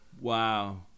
wow